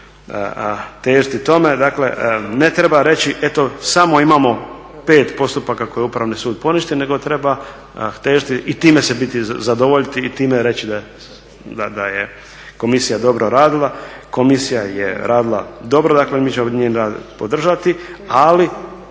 težiti tome. Dakle ne treba reći eto samo imamo pet postupaka koji je Upravni sud poništio nego treba težiti i time se zadovoljiti i time reći da je komisija dobro radila. Komisija je radila dobro mi ćemo nju podržati, ali